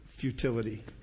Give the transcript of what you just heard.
futility